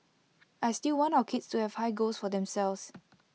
I still want our kids to have high goals for themselves